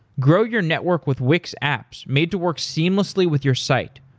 grow your network with wix apps made to work seamlessly with your site.